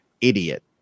idiot